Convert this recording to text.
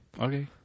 Okay